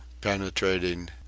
penetrating